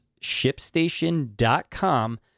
shipstation.com